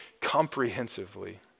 comprehensively